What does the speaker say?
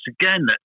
again